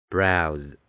Browse